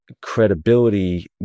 credibility